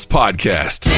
podcast